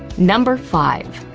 number five.